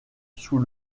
sous